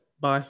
Bye